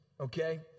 okay